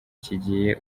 kigiye